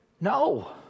No